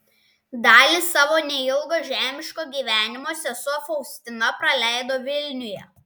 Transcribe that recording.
dalį savo neilgo žemiško gyvenimo sesuo faustina praleido vilniuje